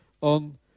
on